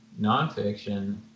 nonfiction